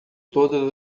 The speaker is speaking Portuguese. todas